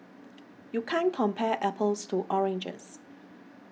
you can't compare apples to oranges